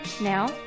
Now